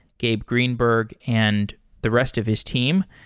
gabe greenberg, and the rest of his team.